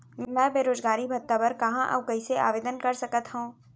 मैं बेरोजगारी भत्ता बर कहाँ अऊ कइसे आवेदन कर सकत हओं?